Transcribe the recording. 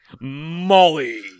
molly